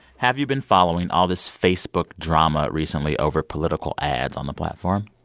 have you been following all this facebook drama recently over political ads on the platform?